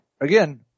again